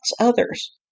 others